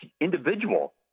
individual